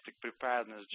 preparedness